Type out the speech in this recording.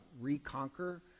reconquer